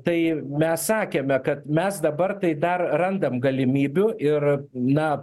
tai mes sakėme kad mes dabar tai dar randam galimybių ir na